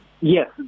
Yes